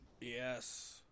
Yes